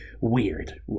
weird